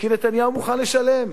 כי נתניהו מוכן לשלם.